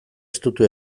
estutu